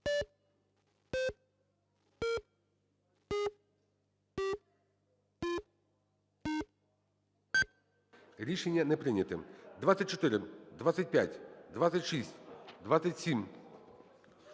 Рішення не прийнято. 24. 25. 26. 27.